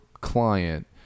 client